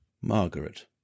Margaret